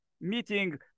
meeting